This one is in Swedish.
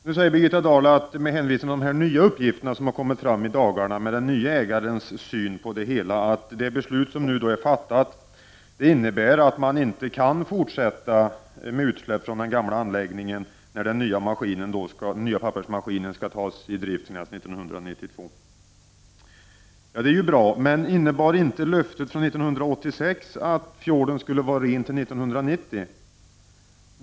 Nu säger Birgitta Dahl, med hänvisning till de nya uppgifter som har kommit fram i dagarna, med den nye ägarens syn på arrangemanget, att det beslut som nu är fattat innebär att man inte kan fortsätta med utsläpp från den gamla anläggningen när den nya pappersmaskinen skall tas i drift senast 1992. Det är ju bra. Men innebar inte löftet från 1986 att fjorden skulle vara ren till 1990?